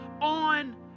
on